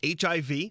HIV